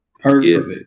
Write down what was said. Perfect